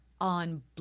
on